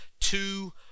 two